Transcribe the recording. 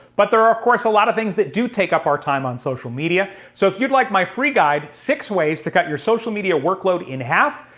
but there are of course, a lot of things that do take up our time on social media. so if you'd like my free guide, six ways to cut your social media workload in half,